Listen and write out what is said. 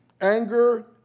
anger